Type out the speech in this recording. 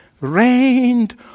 rained